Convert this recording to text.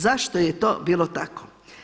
Zašto je to bilo tako?